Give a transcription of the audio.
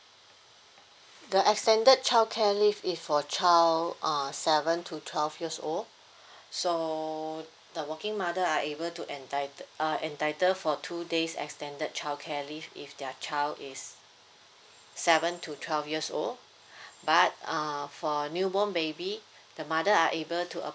the extended childcare leave is for child err seven to twelve years old so the working mother are able to entitle uh entitled for two day's extended childcare leave if their child is seven to twelve years old but uh for newborn baby the mother are able to